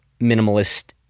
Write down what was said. minimalist